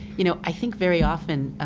you know i think very often,